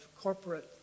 corporate